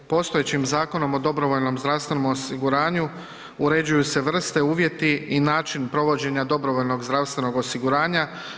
Postojećim Zakonom o dobrovoljnom zdravstvenom osiguranju uređuju se vrste, uvjeti i način provođenja dobrovoljnog zdravstvenog osiguranja.